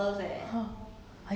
!huh!